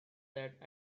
that